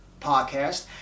podcast